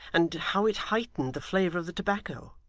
and how it heightened the flavour of the tobacco.